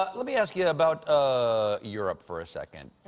ah let me ask you about ah europe for a second.